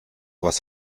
was